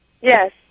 Yes